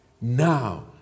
Now